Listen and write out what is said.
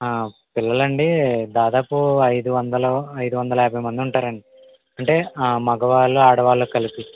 పిల్లలండి దాదాపు ఐదు వందలు ఐదు వందల యాభై మంది ఉంటారు అండి అంటే మగవాళ్ళు ఆడవాళ్ళు కలిపి